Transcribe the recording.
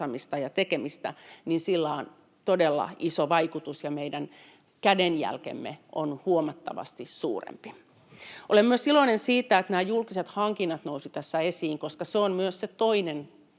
ja tekemistä, niin sillä on todella iso vaikutus ja meidän kädenjälkemme on huomattavasti suurempi. Olen myös iloinen siitä, että julkiset hankinnat nousivat tässä esiin, koska siinä on se toinen